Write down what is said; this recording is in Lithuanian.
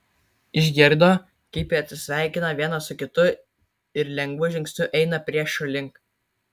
išgirdo kaip jie atsisveikina vienas su kitu ir lengvu žingsniu eina priešo link